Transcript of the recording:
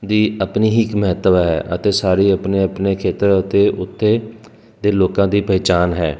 ਦੀ ਆਪਣੀ ਹੀ ਇੱਕ ਮਹੱਤਵ ਹੈ ਅਤੇ ਸਾਰੇ ਆਪਣੇ ਆਪਣੇ ਖੇਤਰ ਅਤੇ ਉੱਤੇ ਦੇ ਲੋਕਾਂ ਦੀ ਪਹਿਚਾਣ ਹੈ